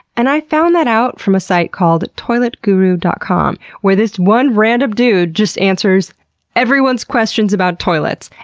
and i found that out from a site called toiletguru dot com where this one random dude just answers everyone's questions about toilets.